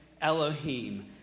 Elohim